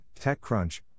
TechCrunch